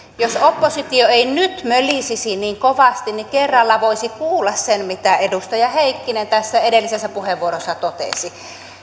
jos oppositio ei nyt mölisisi niin kovasti niin kerralla voisi kuulla sen mitä edustaja heikkinen edellisessä puheenvuorossaan totesi